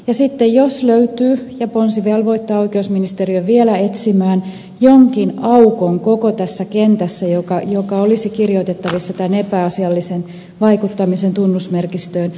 ja sitten jos löytyy ja ponsi velvoittaa oikeusministeriön sitä vielä etsimään jokin aukko koko tässä kentässä joka olisi kirjoitettavissa tämän epäasiallisen vaikuttamisen tunnusmerkistöön niin se tehdään